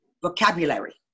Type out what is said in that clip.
vocabulary